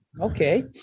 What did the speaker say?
Okay